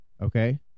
okay